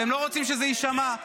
והם לא רוצים שזה יישמע.